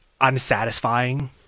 unsatisfying